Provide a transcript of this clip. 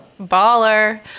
baller